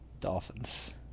Dolphins